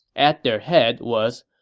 at their head was,